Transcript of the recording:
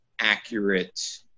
accurate